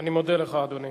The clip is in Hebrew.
אני מודה לך, אדוני.